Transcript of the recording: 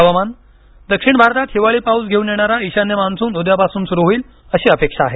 हवामान दक्षिण भारतात हिवाळी पाऊस घेऊन येणारा ईशान्य मान्सून उद्यापासून सुरु होईल अशी अपेक्षा आहे